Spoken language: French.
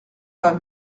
pas